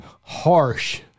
harsh